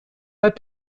pas